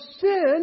sin